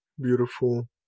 Beautiful